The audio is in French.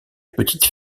petite